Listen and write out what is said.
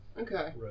Okay